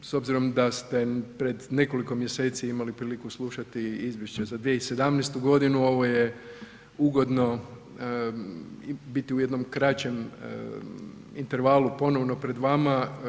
S obzirom da ste pred nekoliko mjeseci imali priliku slušati izvješće za 2017. godinu, ovo je ugodno biti u jednom kraćem intervalu ponovno pred vama.